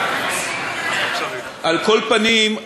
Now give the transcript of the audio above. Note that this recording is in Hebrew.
על כל פנים,